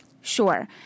Sure